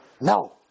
No